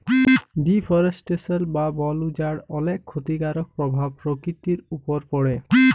deforestation বা বল উজাড় অলেক খ্যতিকারক পরভাব পরকিতির উপর পড়ে